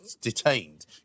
detained